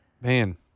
man